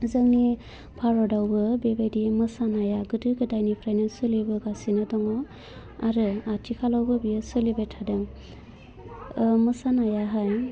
जोंनि भारतआवबो बेबायदि मोसानाया गोदो गोदायनिफ्रायनो सोलिबोगासिनो दङ आरो आथिखालावबो बियो सोलिबोबाय थादों मोसानायाहाय